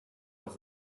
auch